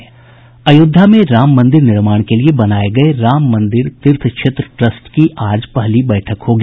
अयोध्या में राम मंदिर निर्माण के लिए बनाये गये राम मंदिर तीर्थ क्षेत्र ट्रस्ट की आज पहली बैठक होगी